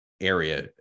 area